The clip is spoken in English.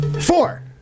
Four